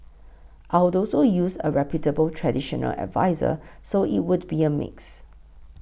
I'd also use a reputable traditional adviser so it would be a mix